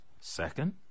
Second